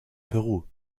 peru